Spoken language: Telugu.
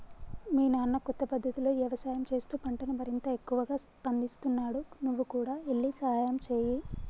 మీ నాన్న కొత్త పద్ధతులతో యవసాయం చేస్తూ పంటను మరింత ఎక్కువగా పందిస్తున్నాడు నువ్వు కూడా ఎల్లి సహాయంచేయి